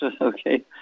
okay